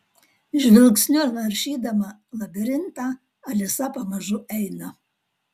žvilgsniu naršydama labirintą alisa pamažu eina